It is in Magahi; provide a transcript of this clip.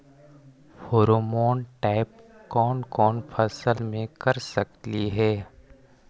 फेरोमोन ट्रैप कोन कोन फसल मे कर सकली हे?